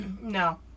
No